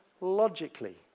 Logically